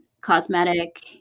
cosmetic